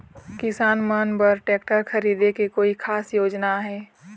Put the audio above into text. किसान मन बर ट्रैक्टर खरीदे के कोई खास योजना आहे?